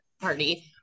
party